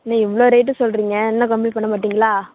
என்ன இவ்வளோ ரேட்டு சொல்கிறீங்க இன்னும் கம்மி பண்ணமாட்டீங்களா